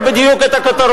אני זוכר בדיוק את הכותרות.